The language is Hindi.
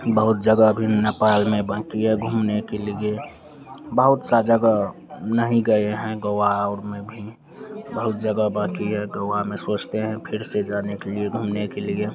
बहुत जगह अभी नेपाल में बाकी है घूमने के लिए बहुत सी जगह नहीं गए हैं गोआ और में भीं बहुत जगह बाक़ी है गोआ में सोचते हैं फिर से जाने के लिए घूमने के लिए